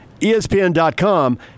ESPN.com